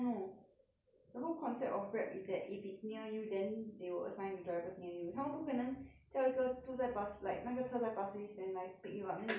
the whole concept of grab is that if it's near you then they will assign the drivers near you 他们不可能叫一个住在 pas~ like 那个车在 pasir-ris than 来 pick you up then 你不是要等二十分钟